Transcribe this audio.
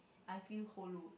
I feel hollow